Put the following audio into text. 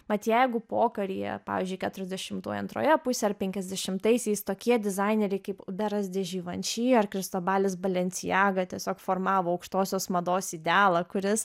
mat jeigu pokaryje pavyzdžiui keturiasdešimtų antroje pusėje ar penkiasdešimtaisiais tokie dizaineriai kaip oberas di ževanši ar kristobalis balencijega tiesiog formavo aukštosios mados idealą kuris